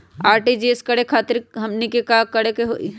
RTGS करे खातीर हमनी के का करे के हो ई?